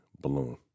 balloon